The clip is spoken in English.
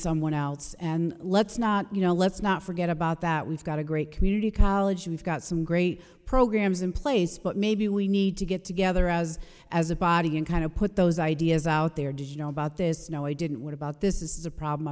someone else and let's not you know let's not forget about that we've got a great community college we've got some great programs in place but maybe we need to get together as as a body and kind of put those ideas out there did you know about this no i didn't what about this is a problem